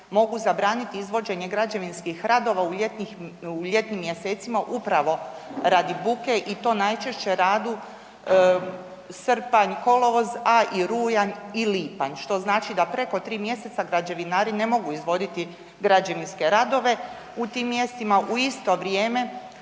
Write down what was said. mogu zabraniti izvođenje građevinskih radova u ljetnim mjesecima upravo radi buke i to najčešće radu srpanj, kolovoz, a i rujan i lipanj što znači da preko tri mjeseca građevinari ne mogu izvoditi građevinske radove u tim mjestima. U isto vrijeme